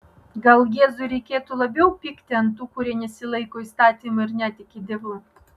gal jėzui reikėtų labiau pykti ant tų kurie nesilaiko įstatymo ir netiki dievu